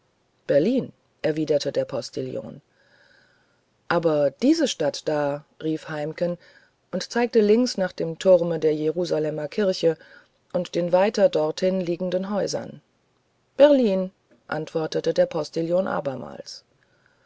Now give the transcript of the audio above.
berlin erwiderte der postillon aber diese stadt da rief heimken und zeigte links nach dem turme der jerusalemer kirche und den weiter dorthin liegenden häusern berlin erwiderte der postillon abermals